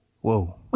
whoa